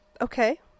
Okay